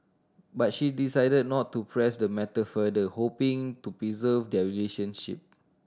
but she decided not to press the matter further hoping to preserve their relationship